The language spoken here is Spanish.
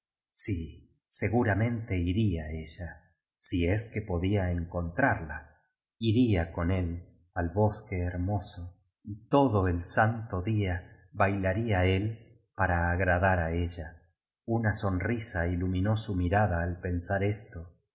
sí seguramente iría ella si es biblioteca nacional de españa la españa moderna que podía encontrarla iría con él al bosque hermoso y todo el santo día bailaría el para agradar á ella una sonrisa ilu minó su mirada al pensar esto